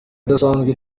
idasanzwe